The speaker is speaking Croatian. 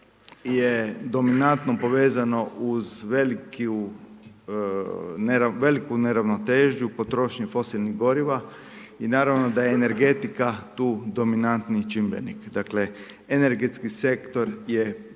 je dominantno povezano uz veliku neravnotežu potrošnje fosilnih goriva i naravno da je energetika tu dominantni čimbenik. Dakle, energetski sektor je